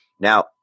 Now